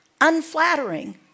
unflattering